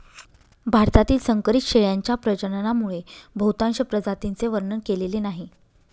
भारतातील संकरित शेळ्यांच्या प्रजननामुळे बहुतांश प्रजातींचे वर्णन केलेले नाही